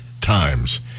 times